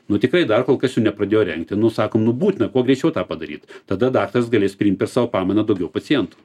nu tikrai dar kol kas jų nepradėjo rengti nu sakom nu būtina kuo greičiau tą padaryt tada daktaras galės priimt per savo pamainą daugiau pacientų